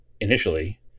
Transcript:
initially